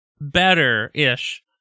better-ish